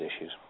issues